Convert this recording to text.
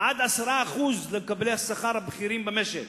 עד 10% למקבלי השכר הבכירים במשק.